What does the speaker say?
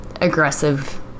aggressive